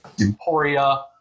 Emporia